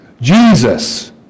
Jesus